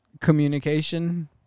communication